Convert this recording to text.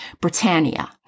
Britannia